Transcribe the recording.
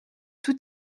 tout